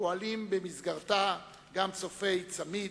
פועלים במסגרתה גם צופי צמי"ד,